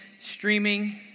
streaming